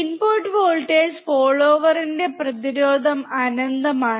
input voltage ഫോളോവറിന്റെ പ്രതിരോധം അനന്തമാണ്